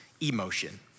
emotion